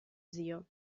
zio